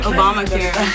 Obamacare